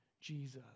Jesus